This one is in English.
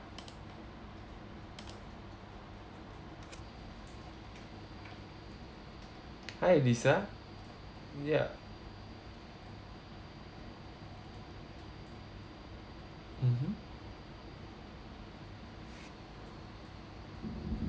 hi lisa ya mmhmm